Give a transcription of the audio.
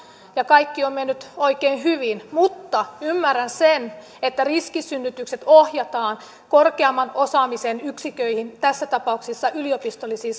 ja kaikki on mennyt oikein hyvin mutta ymmärrän sen että riskisynnytykset ohjataan korkeamman osaamisen yksiköihin tässä tapauksessa yliopistollisiin